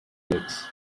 licks